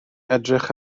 edrych